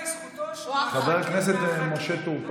חבר הכנסת משה טור פז,